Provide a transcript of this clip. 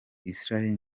israel